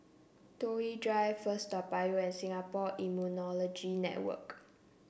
Toh Yi Drive First Toa Payoh and Singapore Immunology Network